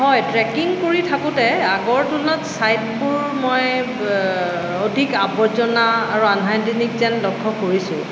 হয় ট্ৰেকিং কৰি থাকোঁতে আগৰ তুলনাত ছাইটবোৰ মই অধিক আৱৰ্জনা আৰু আনহাইজেনিক যেন লক্ষ্য কৰিছোঁ